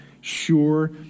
sure